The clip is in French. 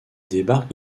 débarquent